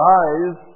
eyes